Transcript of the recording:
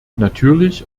natürlich